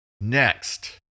Next